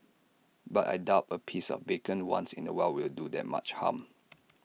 but I doubt A piece of bacon once in A while will do that much harm